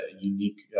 unique